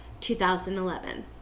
2011